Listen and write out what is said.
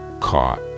caught